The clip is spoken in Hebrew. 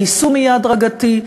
היישום יהיה הדרגתי,